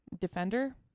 Defender